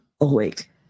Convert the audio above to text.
awake